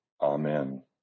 amen